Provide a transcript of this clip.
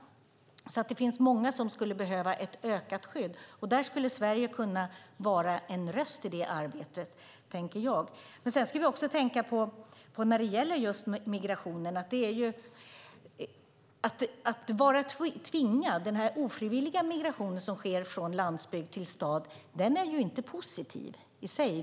Det finns många som skulle behöva ett ökat skydd. I det arbetet skulle Sverige kunna vara en röst, tänker jag. När det gäller just migrationen ska vi också tänka på hur det är att vara tvingad. Den ofrivilliga migration som sker från landsbygd till stad är ju inte positiv i sig.